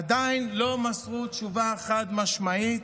עדיין לא מסרו תשובה חד-משמעית